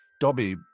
Dobby